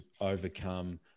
overcome